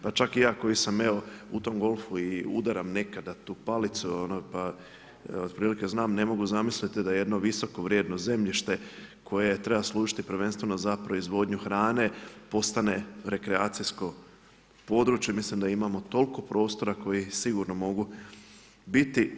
Pa čak i ja koji sam u tom golfu i udaram nekada tu palicu pa otprilike znam, ne mogu zamisliti da jedno visoko vrijedno zemljište koje treba služiti prvenstveno za proizvodnju hrane postane rekreacijsko područje, mislim da imamo toliko prostora koji sigurno mogu biti.